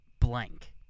blank